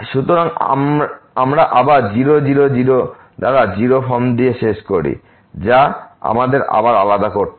সুতরাং আমরা আবার 0 0 0 দ্বারা 0 ফর্ম দিয়ে শেষ করি যা আমাদের আবার আলাদা করতে হবে